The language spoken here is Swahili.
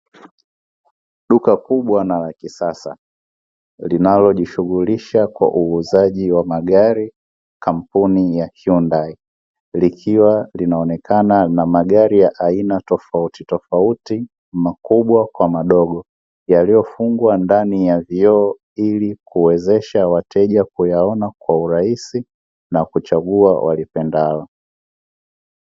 Duka kubwa na la kisasa linalojishughulisha kwa uuzaji wa magari kampuni ya Hyundai, likiwa linaonekana na magari ya aina tofautitofauti, makubwa kwa madogo yaliyofungwa ndani ya vioo ili kuwezesha wateja kuyaona kwa urahisi na kuchagua walipendalo.